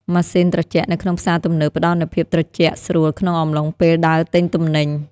ម៉ាស៊ីនត្រជាក់នៅក្នុងផ្សារទំនើបផ្ដល់នូវភាពត្រជាក់ស្រួលក្នុងអំឡុងពេលដើរទិញទំនិញ។